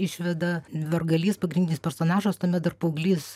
išveda vergalys pagrindinis personažas tuomet dar paauglys